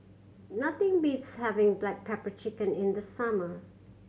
nothing beats having black pepper chicken in the summer